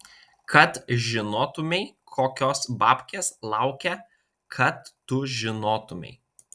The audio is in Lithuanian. kad žinotumei kokios babkės laukia kad tu žinotumei